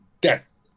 death